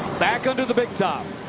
back under the big top.